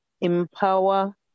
empower